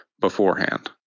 beforehand